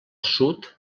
sud